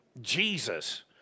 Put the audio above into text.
Jesus